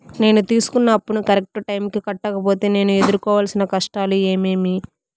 నేను తీసుకున్న అప్పును కరెక్టు టైముకి కట్టకపోతే నేను ఎదురుకోవాల్సిన కష్టాలు ఏమీమి?